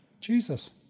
Jesus